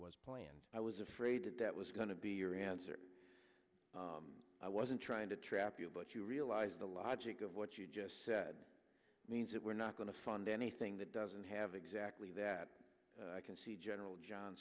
was planned i was afraid that that was going to be your answer i wasn't trying to trap you but you realize the logic of what you just said means that we're not going to fund anything that doesn't have exactly that i can see general john